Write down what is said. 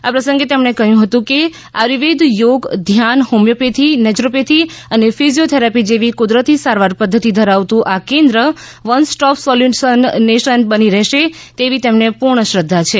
આ પ્રસંગે તેમણે કહ્યું હતું કે આયુર્વેદ યોગ ધ્યાન હોમિયોપથી નેચરોપથી અને ફિજિયોથેરાપી જેવી કુદરતી સારવાર પદ્ધતિ ધરાવતું આ કેન્દ્ર વન સ્ટોપ સોલ્યુનેશન બની રહેશે તેવી તેમણે પૂર્ણ શ્રદ્ધા છે